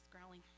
growling